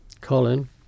Colin